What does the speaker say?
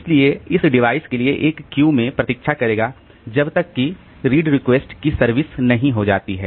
इसलिए यह इस डिवाइस के लिए एक क्यू में प्रतिक्षा करेगा जब तक की रीड रिक्वेस्ट की सर्विस नहीं हो जाती है